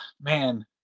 man